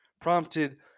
prompted